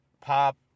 pop